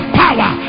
power